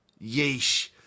Yeesh